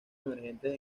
emergentes